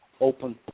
open